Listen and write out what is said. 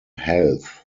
health